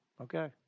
Okay